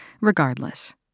Regardless